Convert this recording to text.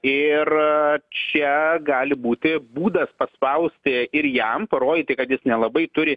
ir čia gali būti būdas paspausti ir jam parodyti kad jis nelabai turi